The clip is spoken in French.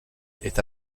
est